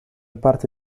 parte